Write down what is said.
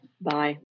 Bye